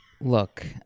Look